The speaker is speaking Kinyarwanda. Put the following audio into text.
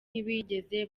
ntibigeze